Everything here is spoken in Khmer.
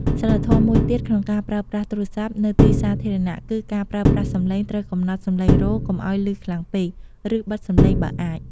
សីលធម៌មួយទៀត ក្នុងការប្រើប្រាស់ទូរស័ព្ទនៅទីសាធារណៈ គឺ ការប្រើប្រាស់សម្លេង ត្រូវកំណត់សម្លេងរោទ៍កុំឲ្យឮខ្លាំងពេក ឬបិទសំឡេងបើអាច។